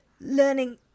learning